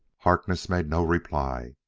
harkness made no reply.